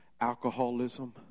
alcoholism